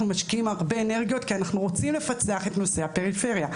משקיעים הרבה אנרגיות כי אנחנו רוצים לפצח את נושא הפריפריה,